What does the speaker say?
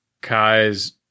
kai's